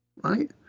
right